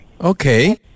Okay